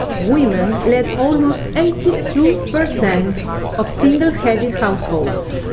women led almost eighty two percent of single-headed households.